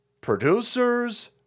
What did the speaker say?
producers